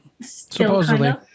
supposedly